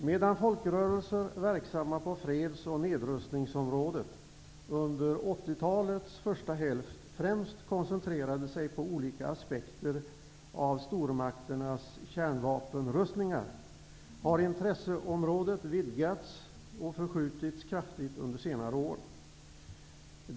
Medan folkrörelser verksamma på freds och nedrustningsområdet under 80-talets första hälft främst koncentrerade sig på olika aspekter av stormakternas kärnvapenrustningar har intresseområdet vidgats och kraftigt förskjutits under senare år.